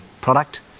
product